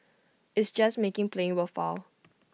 it's just making playing worthwhile